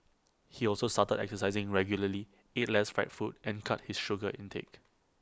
he also started exercising regularly ate less fried food and cut his sugar intake